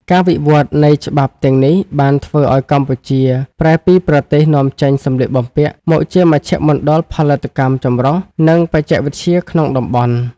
ការវិវត្តនៃច្បាប់ទាំងនេះបានធ្វើឱ្យកម្ពុជាប្រែពីប្រទេសនាំចេញសម្លៀកបំពាក់ មកជាមជ្ឈមណ្ឌលផលិតកម្មចម្រុះ និងបច្ចេកវិទ្យាក្នុងតំបន់។